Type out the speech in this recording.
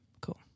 Cool